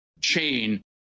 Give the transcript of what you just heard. chain